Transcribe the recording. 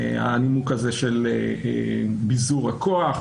הנימוק של ביזור הכוח,